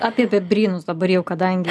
apie bebrynus dabar jau kadangi